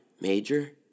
Major